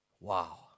wow